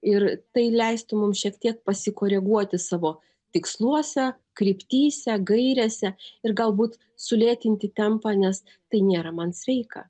ir tai leistų mums šiek tiek pasikoreguoti savo tiksluose kryptyse gairėse ir galbūt sulėtinti tempą nes tai nėra man sveika